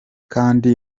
kandi